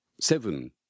Seven